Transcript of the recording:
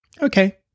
Okay